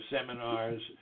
seminars